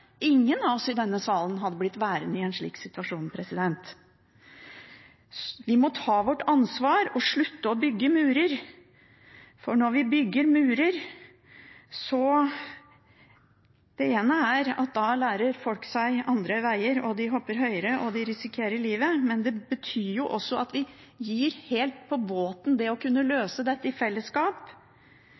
Ingen av oss i denne salen hadde blitt værende i en slik situasjon. Vi må ta vårt ansvar og slutte med å bygge murer. For når vi bygger murer, finner folk andre veier, de hopper høyere, og de risikerer livet, men det betyr også at vi gir helt på båten det å kunne løse dette i fellesskap.